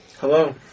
Hello